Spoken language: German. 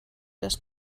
das